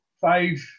five